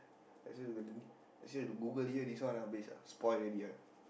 I say got limit I say the Google here this one habis</malay ah spoil already right